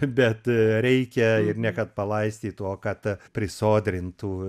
bet reikia ir ne kad palaistytų o kad prisodrintų